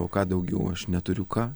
o ką daugiau aš neturiu ką